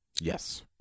Yes